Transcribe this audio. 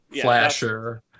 flasher